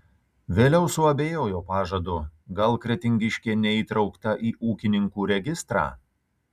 vėliau suabejojo pažadu gal kretingiškė neįtraukta į ūkininkų registrą